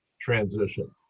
transition